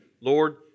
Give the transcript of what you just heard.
Lord